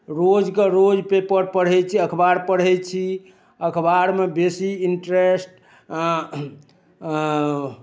रोज के रोज पेपर पढ़ै छी अखबार पढ़ै छी अखबार मे बेसी ईन्ट्रेस्ट